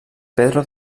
pedro